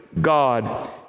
God